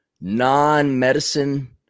non-medicine